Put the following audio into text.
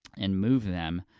and move them,